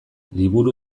liburu